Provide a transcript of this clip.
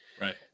Right